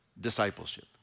discipleship